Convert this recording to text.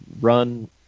run